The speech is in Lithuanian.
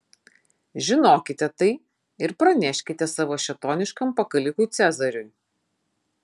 žinokite tai ir praneškite savo šėtoniškam pakalikui cezariui